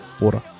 Water